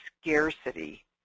scarcity